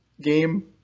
game